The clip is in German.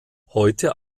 heute